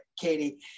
Katie